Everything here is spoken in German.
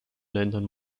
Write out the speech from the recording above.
ländern